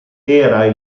era